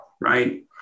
right